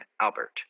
Albert